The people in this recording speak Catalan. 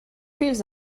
fills